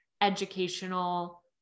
educational